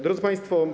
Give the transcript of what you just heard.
Drodzy Państwo!